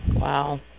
Wow